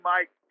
Mike